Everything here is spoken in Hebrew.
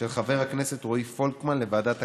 של חבר הכנסת רועי פולקמן, לוועדת הכלכלה.